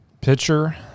Pitcher